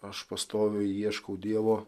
aš pastoviai ieškau dievo